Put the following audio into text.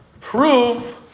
Prove